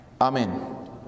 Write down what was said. Amen